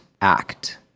act